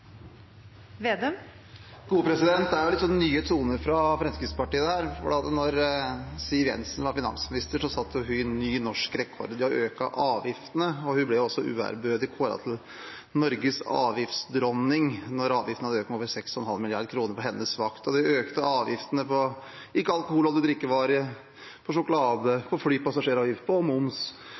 litt nye toner fra Fremskrittspartiet, for da Siv Jensen var finansminister, satte hun ny norsk rekord i å øke avgiftene, og hun ble også uærbødig kåret til Norges avgiftsdronning når avgiftene hadde økt med over 6,5 mrd. kr på hennes vakt. De økte altså avgiftene på ikke-alkoholholdige drikkevarer, på sjokolade, på flypassasjeravgift, på moms, og